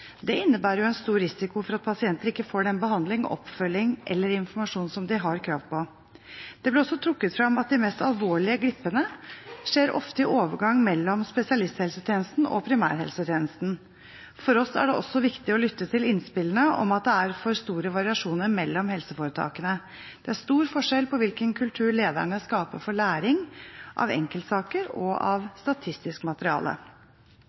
Det innebærer en stor risiko for at pasienter ikke får den behandling, oppfølging eller informasjon som de har krav på. Det ble også trukket frem at de mest alvorlige glippene skjer ofte i overgangen mellom spesialisthelsetjenesten og primærhelsetjenesten. For oss er det også viktig å lytte til innspillene om at det er for store variasjoner mellom helseforetakene. Det er stor forskjell på hvilken kultur lederne skaper for læring av enkeltsaker og av statistisk materiale.